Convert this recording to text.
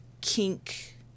kink